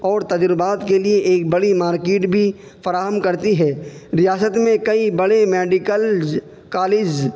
اور تجربات کے لیے ایک بڑی مارکیٹ بھی فراہم کرتی ہے ریاست میں کئی بڑے میڈیکلز کالز